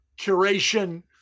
curation